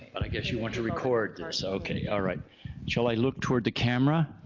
i guess you want to record their so kenny all right shall i look toward the camera